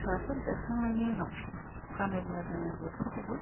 फिसाफोर देरखांनायनि उनाव फानोब्ला जोङो बेफोरखौबो